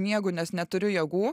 miegu nes neturiu jėgų